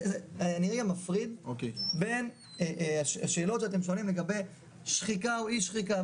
אני רגע מפריד בין השאלות שאתם שואלים לגבי שחיקה או אי שחיקה,